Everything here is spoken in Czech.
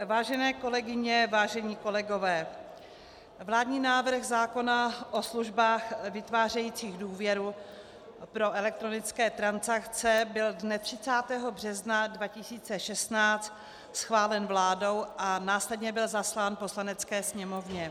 Vážené kolegyně, vážení kolegové, vládní návrh zákona o službách vytvářejících důvěru pro elektronické transakce byl dne 30. března 2016 schválen vládou a následně byl zaslán Poslanecké sněmovně.